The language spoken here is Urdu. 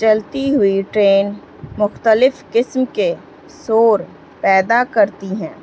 چلتی ہوئی ٹرین مختلف قسم کے سور پیدا کرتی ہیں